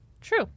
True